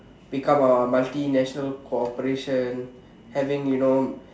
become a multi national corporation having you know